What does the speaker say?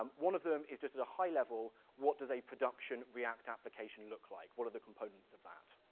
um one of them is just at a high-level, what does a production react application look like? what are the components of that?